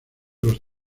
los